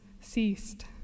ceased